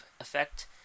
Effect